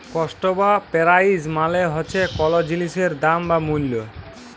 cost বা price মালে হছে কল জিলিসের দাম বা মূল্য